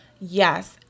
yes